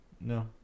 No